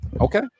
okay